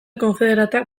konfederatuak